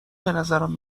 بنظرم